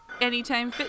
Anytime